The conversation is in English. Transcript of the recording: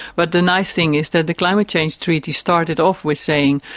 but the nice thing is that the climate change treaty started off with saying,